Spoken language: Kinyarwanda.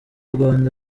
rwanda